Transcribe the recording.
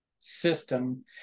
System